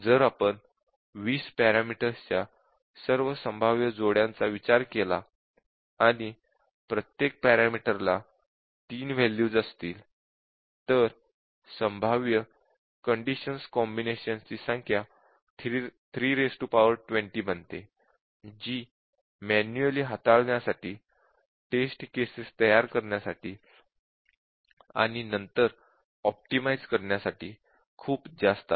जर आपण 20 पॅरामीटर्सच्या सर्व संभाव्य जोड्यांचा विचार केला आणि प्रत्येक पॅरामीटरला तीन व्हॅल्यूज असतील तर संभाव्य कंडिशन्स कॉम्बिनेशन्स ची संख्या 320 बनते जी मॅन्युअली हाताळण्यासाठी टेस्ट केसेस तयार करण्यासाठी आणि नंतर ऑप्टिमाइझ करण्यासाठी खूप जास्त आहे